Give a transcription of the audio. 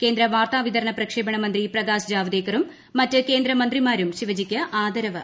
കേന്ദ്ര വാർത്താവിതരണ പ്രക്ഷേപണമന്ത്രി പ്രകാശ് ജാവദേക്കറും മറ്റ് കേന്ദ്ര മന്ത്രിമാരും ശിവജിയ്ക്ക് ആദരവർപ്പിച്ചു